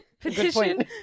Petition